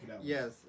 Yes